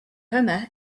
omer